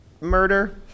murder